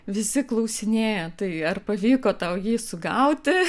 visi klausinėja tai ar pavyko tau jį sugauti